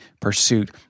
pursuit